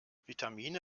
vitamine